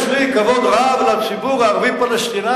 יש לי כבוד רב לציבור הערבי-הפלסטיני,